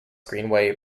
greenway